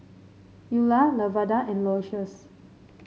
Eula Lavada and Aloysius